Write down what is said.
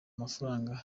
amafaranga